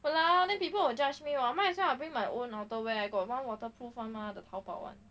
!walao! then people will judge [what] might as well I'll bring my own outerwear I got one waterproof mah the Taobao one